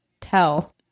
tell